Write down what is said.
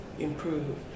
improve